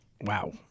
Wow